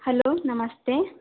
hello ನಮಸ್ತೇ